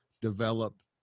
develop